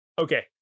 Okay